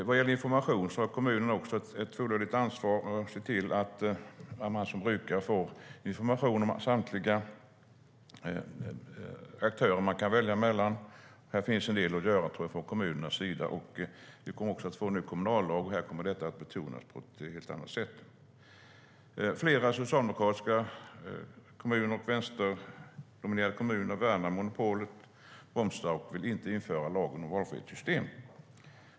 Vad gäller information har kommunen ett fullödigt ansvar att se till att man som brukare får information om samtliga aktörer man kan välja mellan. Här finns en del att göra från kommunernas sida, tror jag. Vi kommer att få en ny kommunallag, och där kommer detta att betonas på ett helt annat sätt. Flera socialdemokratiska kommuner och vänsterdominerande kommuner värnar monopolet, bromsar och vill inte införa lagen om valfrihetssystem.